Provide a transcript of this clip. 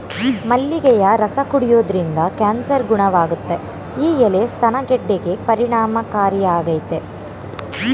ಮಲ್ಲಿಗೆಯ ರಸ ಕುಡಿಯೋದ್ರಿಂದ ಕ್ಯಾನ್ಸರ್ ಗುಣವಾಗುತ್ತೆ ಈ ಎಲೆ ಸ್ತನ ಗೆಡ್ಡೆಗೆ ಪರಿಣಾಮಕಾರಿಯಾಗಯ್ತೆ